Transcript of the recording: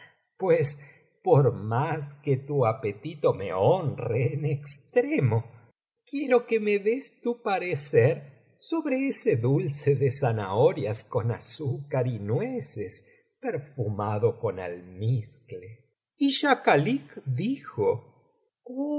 pues por más que tu apetito me honre en extremo quiero que me des tu parecer sobre ese dulce de zanahorias con azúcar y nueces perfumado con almizcle y schakalik dijo